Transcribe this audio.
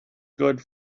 good